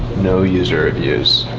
no user reviews.